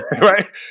right